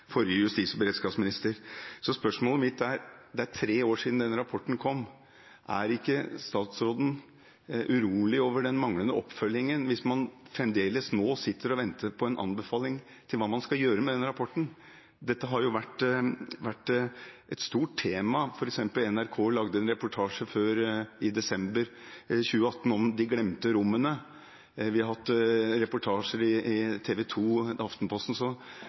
forrige justis- og beredskapsminister, Tor Mikkel Wara, om dette, sa han at departementet hadde gitt DSB i oppgave å sammenstille svarene på høringen, som var ferdig i juni 2017, innen 1. desember 2017 og oversende en tilråding til Justisdepartementet. Spørsmålet mitt er: Det er tre år siden denne rapporten kom. Er ikke statsråden urolig over den manglende oppfølgingen – hvis man nå fremdeles sitter og venter på en anbefaling om hva man skal gjøre med denne rapporten? Dette har jo vært et